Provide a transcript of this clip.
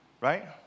Right